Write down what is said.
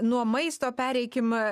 nuo maisto pereikim